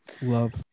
Love